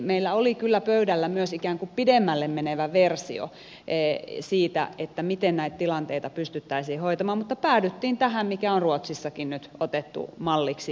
meillä oli kyllä pöydällä myös ikään kuin pidemmälle menevä versio siitä miten näitä tilanteita pystyttäisiin hoitamaan mutta päädyttiin tähän mikä on ruotsissakin nyt otettu malliksi